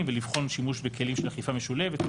ולבחון שימוש בכלים של אכיפה משולבת.